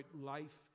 life